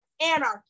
Anarchy